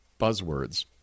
buzzwords